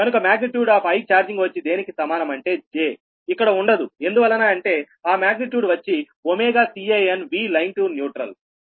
కనుక magnitude of I charging వచ్చి దేనికి సమానం అంటే j ఇక్కడ ఉండదు ఎందువలన అంటే ఆ మాగ్నిట్యూడ్ వచ్చి CanVline to neutral